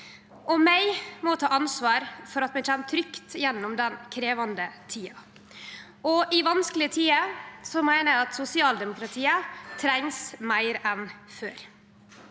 Vi må ta ansvar for at vi kjem trygt gjennom den krevjande tida. I vanskelege tider meiner eg sosialdemokratiet trengst meir enn før.